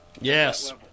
yes